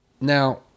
Now